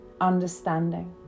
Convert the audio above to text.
understanding